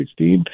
2016